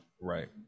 right